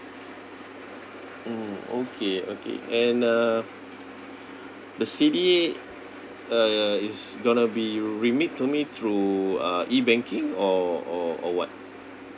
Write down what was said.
mm okay okay and uh the C_D_A err is gonna be remit to me through uh E banking or or or what